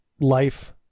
life